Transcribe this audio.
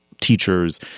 teachers